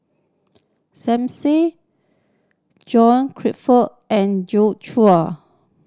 Som Said John Crawfurd and Joi Chua